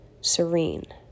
serene